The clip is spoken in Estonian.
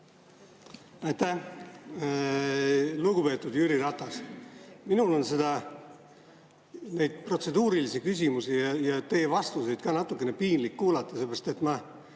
Aitäh! Lugupeetud Jüri Ratas! Minul on neid protseduurilisi küsimusi ja teie vastuseid ka natukene piinlik kuulata, sellepärast